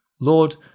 Lord